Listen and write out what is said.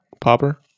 popper